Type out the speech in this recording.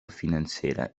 financera